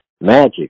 magic